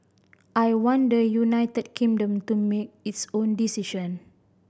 I want the United Kingdom to make its own decision